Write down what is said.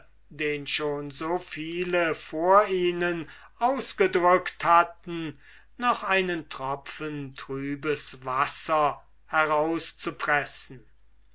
den schon so viele vor ihnen ausgedruckt hatten noch einen tropfen trübes wasser herauszupressen